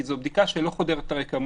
כי זו בדיקה שלא חודרת את הרקמות,